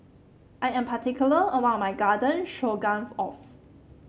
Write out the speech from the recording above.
I am particular about my Garden Stroganoff